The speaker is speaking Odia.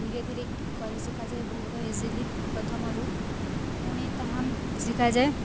ଧୀରେ ଧୀରେ କରି ଶିଖାଯାଏ ବହୁତ ଇଜିଲି ପ୍ରଥମରୁ ପୁଣି ତାହା ଶିଖାଯାଏ